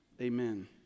Amen